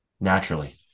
naturally